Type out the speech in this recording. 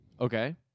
Okay